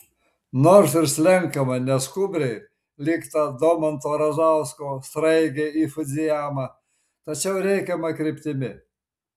nors ir slenkama neskubriai lyg ta domanto razausko sraigė į fudzijamą tačiau reikiama kryptimi